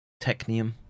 Technium